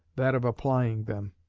that of applying them.